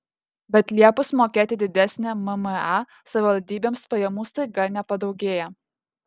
bet liepus mokėti didesnę mma savivaldybėms pajamų staiga nepadaugėja